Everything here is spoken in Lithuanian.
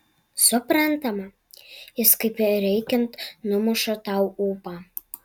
suprantama jis kaip reikiant numuša tau ūpą